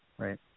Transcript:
Right